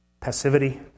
passivity